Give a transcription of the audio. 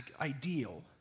ideal